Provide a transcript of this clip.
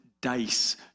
dice